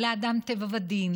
לאדם טבע ודין,